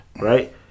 right